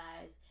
guys